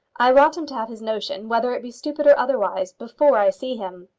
i want him to have his notion, whether it be stupid or otherwise, before i see him.